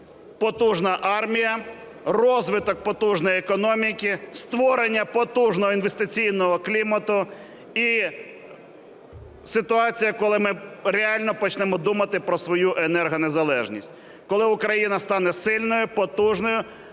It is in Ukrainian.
потужна армія, розвиток потужної економіки, створення потужного інвестиційного клімату і ситуація, коли ми реально почнемо думати про свою енергонезалежність. Коли Україна стане сильною, потужною,